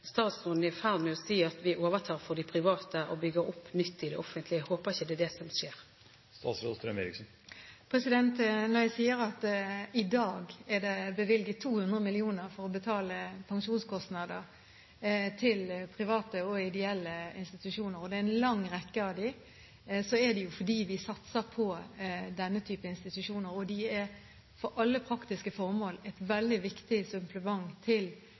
det ikke er det som skjer. Når jeg sier at det i dag er bevilget 200 mill. kr til private og ideelle institusjoner – og det er en lang rekke av dem – for å betale pensjonskostnader, er det fordi vi satser på denne typen institusjoner. De er – for alle praktiske formål – et veldig viktig supplement til